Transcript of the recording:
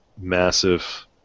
massive